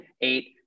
eight